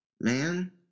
man